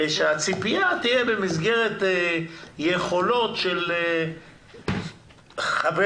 ושהציפייה תהיה במסגרת יכולות של חבר